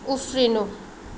उफ्रिनु